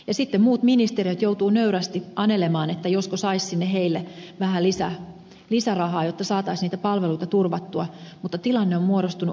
sitten muut ministeriöt joutuvat nöyrästi anelemaan josko saisi sinne heille vähän lisärahaa jotta saataisiin niitä palveluita turvattua mutta tilanne on muodostunut aika hurjaksi